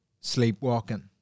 sleepwalking